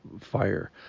fire